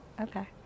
Okay